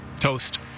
Toast